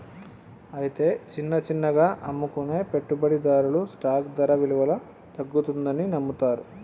అయితే చిన్న చిన్నగా అమ్ముకునే పెట్టుబడిదారులు స్టాక్ ధర విలువలో తగ్గుతుందని నమ్ముతారు